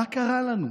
מה קרה לנו?